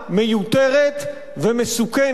מיותרת ומסוכנת,